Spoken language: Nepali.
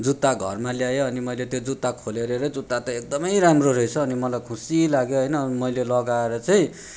जुत्ता घरमा ल्याएँ अनि मैले त्यो जुत्ता खोलेर हेरेँ जुत्ता त एकदम राम्रो रहेछ अनि मलाई खुसी लाग्यो होइन मैले लगाएर चाहिँ